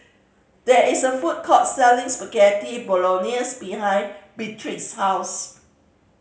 there is a food court selling Spaghetti Bolognese behind Beatrice's house